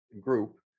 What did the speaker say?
group